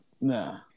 Nah